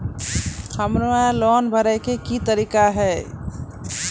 हमरा लोन भरे के की तरीका है?